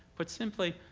put simply,